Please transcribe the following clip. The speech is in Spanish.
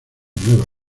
nueva